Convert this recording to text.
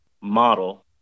model